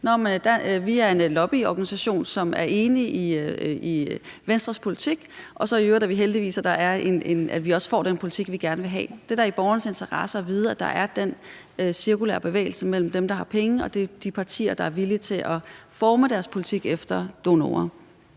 Vi er en lobbyorganisation, som er enige i Venstres politik, og så er vi i øvrigt så heldige, at vi også får den politik, vi gerne vil have. Det er da i borgernes interesse at vide, at der er den cirkulære bevægelse mellem dem, der har penge, og de partier, der er villige til at forme deres politik efter donorer.